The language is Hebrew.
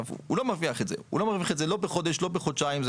הוא לא מרוויח את זה: לא בחודש ולא בחודשיים.